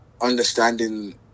understanding